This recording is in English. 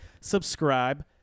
Subscribe